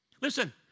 Listen